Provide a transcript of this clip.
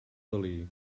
dalí